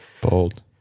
Bold